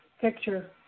picture